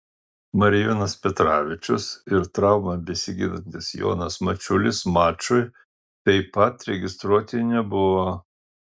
marijonas petravičius ir traumą besigydantis jonas mačiulis mačui taip pat registruoti nebuvo